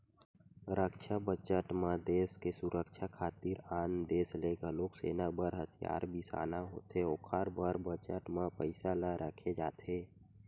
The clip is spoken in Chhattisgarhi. रक्छा बजट म देस के सुरक्छा खातिर आन देस ले घलोक सेना बर हथियार बिसाना होथे ओखर बर बजट म पइसा ल रखे जाथे